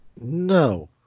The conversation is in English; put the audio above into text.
No